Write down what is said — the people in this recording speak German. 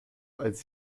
als